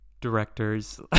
directors